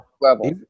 level